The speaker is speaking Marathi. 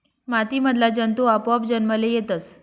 माती मधला जंतु आपोआप जन्मले येतस